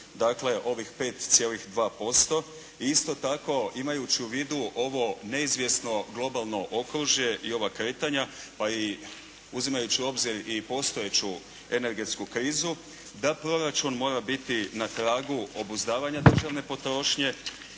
dakle ovih 5,2% i isto tako imajući u vidu ovo neizvjesno globalno okružje i ova kretanja pa i uzimajući u obzir i postojeću energetsku krizu da proračun mora biti na tragu obuzdavanja državne potrošnje